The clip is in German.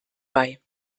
bei